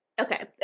Okay